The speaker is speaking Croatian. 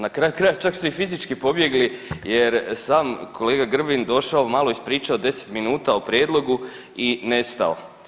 Na kraju krajeva čak su i fizički pobjegli jer sam kolega Grbin došao, malo ispričao 10 minuta o prijedlogu i nestao.